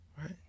Right